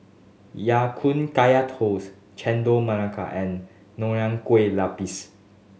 Ya Kun Kaya Toast Chendol Melaka and Nonya Kueh Lapis